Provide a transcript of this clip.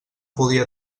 podia